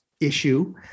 issue